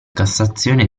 cassazione